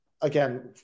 again